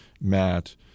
Matt